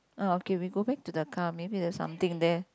ah okay we go back to the car maybe there's something there